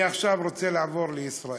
אני עכשיו רוצה לעבור לישראל,